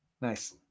Nice